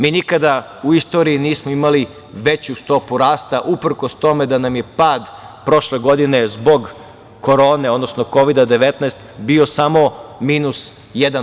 Mi nikada u istoriji nismo imali veću stopu rasta, uprkos tome da nam je pad prošle godine, zbog korone, odnosno Kovida-19, bio samo minus 1%